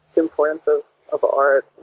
importance so of art